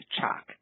Chalk